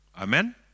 Amen